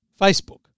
Facebook